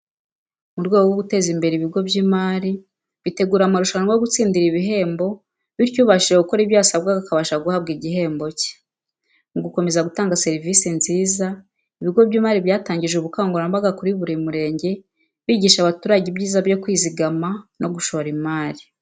Mu rwego rwo guteza imbere ibigo by'imari, bitegura amarushanywa yo gutsindira ibihembo bityo ubashije gukora ibyo yasabwaga akabasha guhabwa igihembo cye. Mu gukomeza gutanga serivise nziza ibigo by'imari byatangije ubukangurambaga kuri buri murenge bigisha abaturage Ibyiza byo kwizigama, no gushora imari.